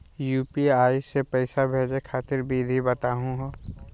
UPI स पैसा भेजै खातिर विधि बताहु हो?